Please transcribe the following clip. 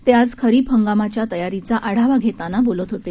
ते आज खरीप हंगामाच्या तयारीचा आढावा घेताना बोलत होते